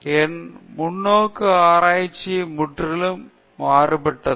என் முன்னோக்கு ஆராய்ச்சி முற்றிலும் முற்றிலும் வேறுபட்டது